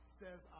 says